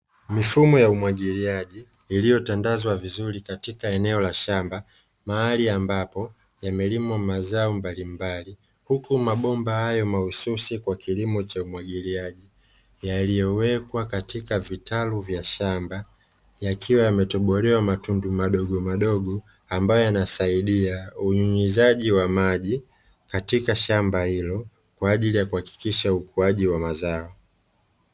Mifumo ya umwagiliaji iliyotandazwa vizuri katika eneo la shamba mahali ambapo yamelimwa mazao mbalimbali, huku mabomba hayo mahususi kwa kilimo cha umwagiliaji yaliyowekwa katika vitalu vya shamba yakiwa yametobolewa matundu madogo madogo, ambayo yanasaidia ujumizaji wa maji katika shamba hilo, kwa ajili ya kuhakikisha ukuaji wa mazao.